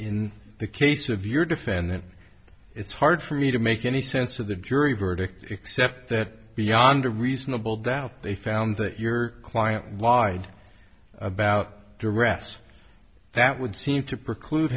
in the case of your defendant it's hard for me to make any sense of the jury verdict except that beyond a reasonable doubt they found that your client wide about directives that would seem to preclude